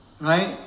Right